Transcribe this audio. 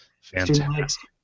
Fantastic